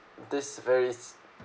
this very